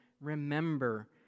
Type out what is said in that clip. remember